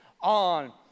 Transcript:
on